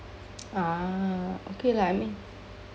ah okay lah I mean